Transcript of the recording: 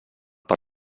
per